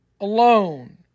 alone